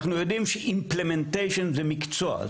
Implementation זה מקצוע.